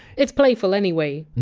it's playful, anyway.